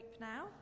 now